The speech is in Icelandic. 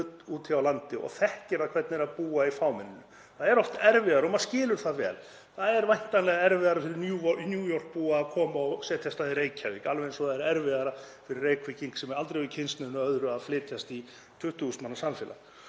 Það er oft erfiðara, og maður skilur það vel, það er væntanlega erfiðara fyrir New York-búa að koma og setjast að í Reykjavík, alveg eins og það er erfiðara fyrir Reykvíking sem aldrei hefur kynnst neinu öðru að flytjast í 20.000 manna samfélag.